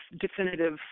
definitive